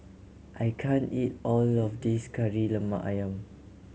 I can't eat all of this Kari Lemak Ayam